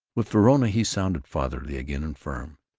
with verona he sounded fatherly again, and firm.